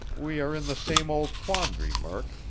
we are in the same old quandary, murk.